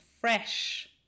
fresh